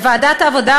לוועדת העבודה,